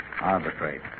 Arbitrate